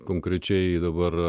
konkrečiai dabar